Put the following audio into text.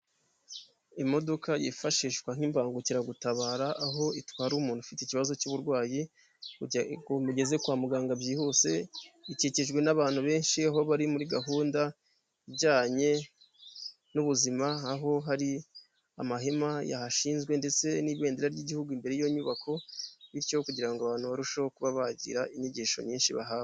Imodoka yifashishwa nk’imbangukiragutabara, aho itwara umuntu ufite ikibazo cy’uburwayi, kugira ngo imugeze kwa muganga byihuse, ikikijwe n’abantu benshi, aho bari muri gahunda ijyanye n’ubuzima, aho hari amahema yahashinzwe, ndetse n’ibendera ry’igihugu imbere y’inyubako, bityo kugira ngo abantu barusheho kuba bagira inyigisho nyinshi bahabwa.